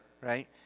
right